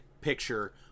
picture